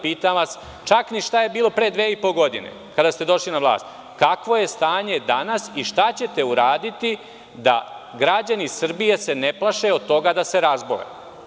Pitam vas, čak ni šta je bilo pre dve i po godine kada ste došli na vlast, kakvo je stanje danas i šta ćete uraditi da građani Srbije se ne plaše od toga da se razbole?